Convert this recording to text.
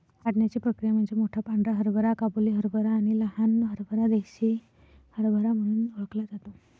वाढण्याची प्रक्रिया म्हणजे मोठा पांढरा हरभरा काबुली हरभरा आणि लहान हरभरा देसी हरभरा म्हणून ओळखला जातो